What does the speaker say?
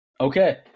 Okay